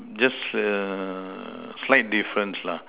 just err slight difference lah